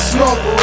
Smoke